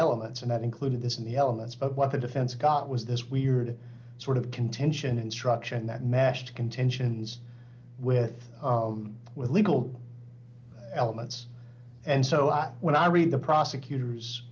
elements and that included this in the elements but what the defense got was this weird sort of contention instruction that mashed contentions with with legal elements and so on when i read the prosecutor